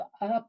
up